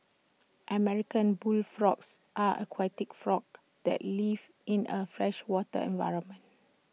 American bullfrogs are aquatic frogs that live in A freshwater environment